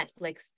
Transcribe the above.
Netflix